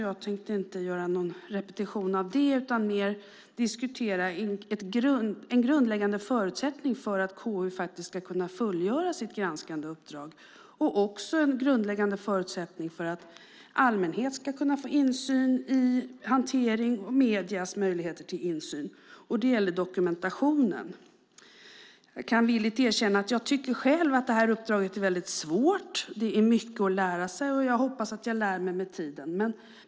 Jag tänker inte göra någon repetition av det utan mer diskutera en grundläggande förutsättning för att KU faktiskt ska kunna fullgöra sitt granskande uppdrag och också en grundläggande förutsättning för allmänhetens och mediernas möjligheter till insyn i hanteringen, och det är dokumentationen. Jag kan villigt erkänna att jag själv tycker att det här uppdraget är väldigt svårt. Det är mycket att lära sig, och jag hoppas att jag lär mig med tiden.